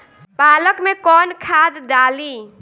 पालक में कौन खाद डाली?